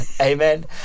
Amen